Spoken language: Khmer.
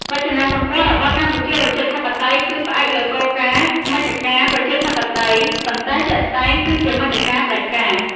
រចនាសម្ព័ន្ធរបស់កម្ពុជាប្រជាធិបតេយ្យគឺផ្អែកលើគោលការណ៍ «មជ្ឈការប្រជាធិបតេយ្យ» ប៉ុន្តែជាក់ស្ដែងគឺជាមជ្ឈការផ្ដាច់ការ។